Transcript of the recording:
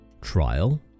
trial